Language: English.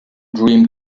dream